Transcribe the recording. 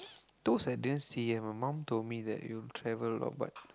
toes I didn't see eh my mom told me that will travel a lot but